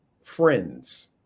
friends